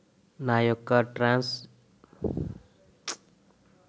నా యెక్క ట్రాన్స్ ఆక్షన్లను చెక్ చేసి నేను ఏదైనా సోషల్ స్కీం పథకాలు కు ఎలిజిబుల్ ఏమో చెప్పగలరా?